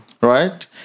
Right